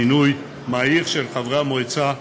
מינוי מהיר של חברי המועצה,